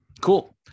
cool